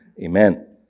Amen